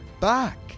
back